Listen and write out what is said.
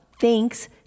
thanks